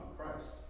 Christ